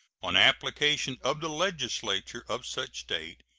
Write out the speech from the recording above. on application of the legislature of such state,